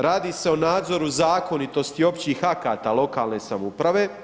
Radi se o nadzoru zakonitosti općih akata lokalne samouprave.